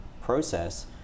process